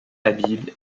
habib